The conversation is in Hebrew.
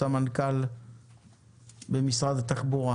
סמנכ"ל במשרד התחבורה.